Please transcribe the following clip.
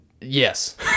Yes